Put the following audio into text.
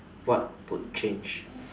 what would change